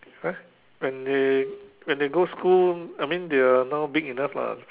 eh when they when they go school I mean they are now big enough lah